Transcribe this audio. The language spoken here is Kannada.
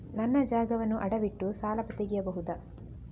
ನನ್ನ ಜಾಗವನ್ನು ಅಡವಿಟ್ಟು ಸಾಲ ತೆಗೆಯಬಹುದ?